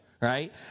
Right